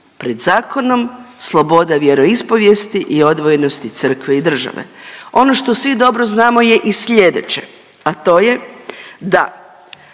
pred zakonom, sloboda vjeroispovijesti i odvojenosti crkve i države. Ono što svi dobro znamo je i slijedeće, a to je da